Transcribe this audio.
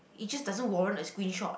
it just don't warrant a screenshot